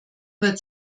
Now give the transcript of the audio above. wird